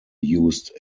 used